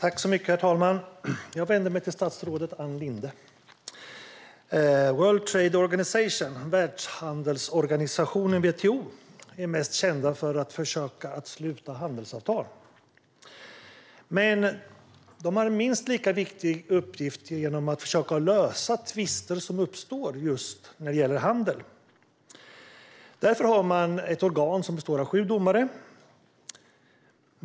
Herr talman! Jag vänder mig till statsrådet Ann Linde. World Trade Organization, Världshandelsorganisationen WTO, är mest känd för att försöka sluta handelsavtal. Men man har en minst lika viktig uppgift att försöka lösa tvister som uppstår just när det gäller handel. Därför har man ett organ som består av sju domare.